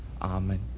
Amen